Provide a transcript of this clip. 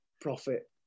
profit